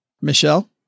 Michelle